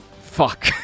Fuck